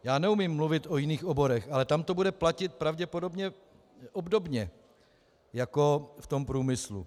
Já neumím mluvit o jiných oborech, ale tam to bude platit pravděpodobně obdobně jako v tom průmyslu.